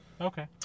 Okay